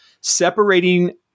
separating